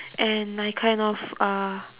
and I kind of uh